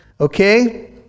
okay